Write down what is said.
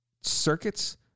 circuits